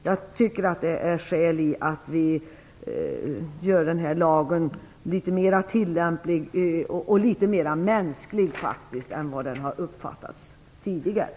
Jag tycker att det finns skäl att vi gör lagen litet mer tillämpbar och litet mer mänsklig än vad den har uppfattats som tidigare.